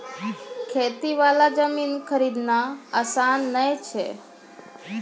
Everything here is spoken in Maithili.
खेती वाला जमीन खरीदना आसान नय छै